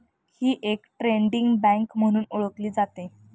ही एक trading bank म्हणून ओळखली जाते